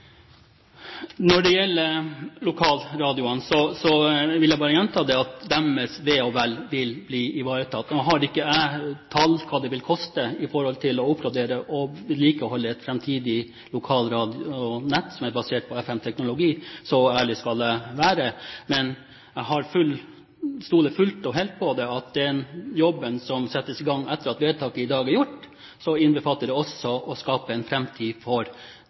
Når det gjelder lokalradioene, vil jeg bare gjenta at deres ve og vel vil bli ivaretatt. Nå har ikke jeg tall på hva det vil koste å oppgradere og vedlikeholde et framtidig lokalradionett som er basert på FM-teknologi – så ærlig skal jeg være – men jeg stoler fullt og helt på at den jobben som settes i gang etter at vedtaket i dag er gjort, også innbefatter å skape en framtid for